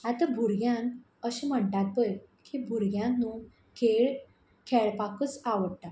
आतां भुरग्यांक अशें म्हणटात पळय की भुरग्यांक न्हू खेळ खेळपाकच आवडटा